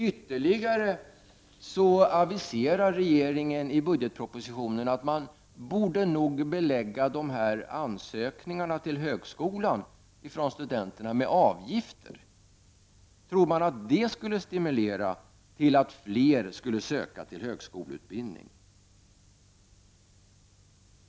Regeringen aviserar också i budgetpropositionen att man nog borde be lägga studenternas ansökningar till högskolan med avgifter. Tror regeringen att det skulle stimulera fler att söka sig till högskoleutbildning?